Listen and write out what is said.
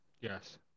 Yes